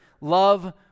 love